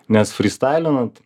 nes frystailinant